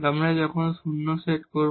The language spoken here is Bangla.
আমরা যখন শূন্য সেট করব